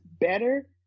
better